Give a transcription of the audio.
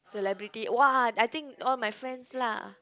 celebrity !wah! I think all my friends lah